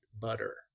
butter